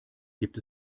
gibt